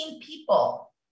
people